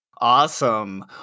Awesome